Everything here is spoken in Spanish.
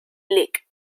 lic